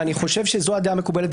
ואני חושב שזו הדעה המקובלת,